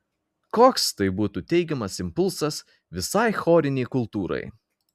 koks tai būtų teigiamas impulsas visai chorinei kultūrai